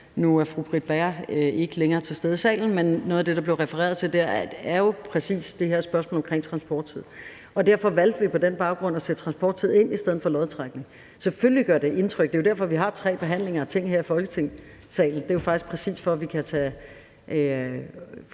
Nu er fru Britt Bager ikke længere til stede i salen, men noget af det, der blev refereret til der, var jo præcis det her spørgsmål om transporttid. Derfor valgte vi på den baggrund at sætte transporttid ind i stedet for lodtrækning. Selvfølgelig gør det indtryk. Det er jo derfor, vi har tre behandlinger af lovforslag her i Folketingssalen. Det er faktisk, præcis for at vi kan tage